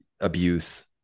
Abuse